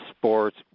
sports